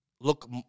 look